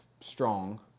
strong